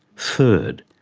third,